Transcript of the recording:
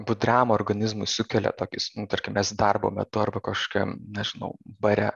budriam organizmui sukelia tokius tarkim mes darbo metu arba kažkam nežinau bare